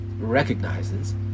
recognizes